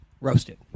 roasted